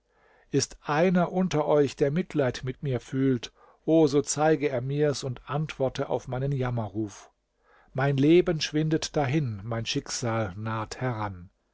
ist einer unter euch der mitleid mit mir fühlt o so zeige er mir's und antworte auf meinen jammerruf mein leben schwindet dahin mein schicksal naht heran